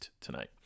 tonight